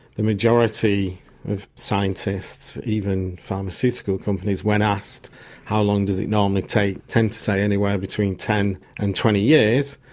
the majority of scientists, even pharmaceutical companies, when asked how long does it normally take, tend to say anywhere between ten and twenty years,